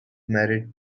married